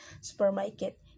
supermarket